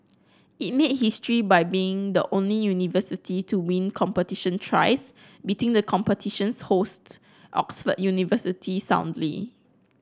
it made history by being the only university to win competition thrice beating the competition's host Oxford University soundly